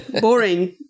boring